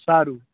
સારું